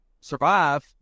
survive